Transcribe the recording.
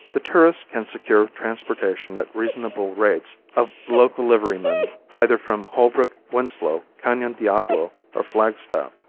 the tourist can secure transportation at reasonable rates of local liverymen either from holbrook, winslow, canon diablo or flagstaff.